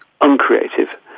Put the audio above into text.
uncreative